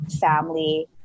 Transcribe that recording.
family